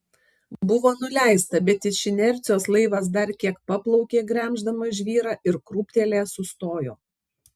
buvo nuleista bet iš inercijos laivas dar kiek paplaukė gremždamas žvyrą ir krūptelėjęs sustojo